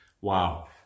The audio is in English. Wow